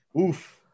oof